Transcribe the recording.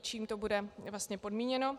Čím to bude vlastně podmíněno?